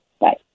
Bye